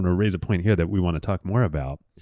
and raise a point here that we want to talk more about.